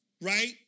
right